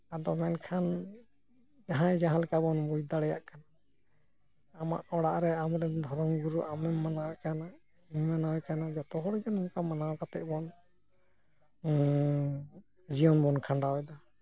ᱟᱫᱚ ᱢᱮᱱᱠᱷᱟᱱ ᱡᱟᱦᱟᱸᱭ ᱡᱟᱦᱟᱸᱞᱮᱠᱟ ᱵᱚᱱ ᱵᱩᱡ ᱫᱟᱲᱮᱭᱟᱜ ᱠᱟᱱᱟ ᱟᱢᱟᱜ ᱚᱲᱟᱜ ᱨᱮ ᱟᱢᱨᱮᱱ ᱫᱷᱚᱨᱚᱢ ᱜᱩᱨᱩ ᱟᱢᱮᱢ ᱢᱟᱱᱟᱣᱮ ᱠᱟᱱᱟ ᱤᱧ ᱢᱟᱱᱟᱣᱮ ᱠᱟᱱᱟ ᱡᱚᱛᱚ ᱦᱚᱲ ᱜᱮ ᱱᱚᱝᱠᱟ ᱢᱟᱱᱟᱣ ᱠᱟᱛᱮ ᱵᱚᱱ ᱡᱤᱭᱚᱱ ᱵᱚᱱ ᱠᱷᱟᱸᱰᱟᱣᱮᱫᱟ